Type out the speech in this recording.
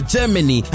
Germany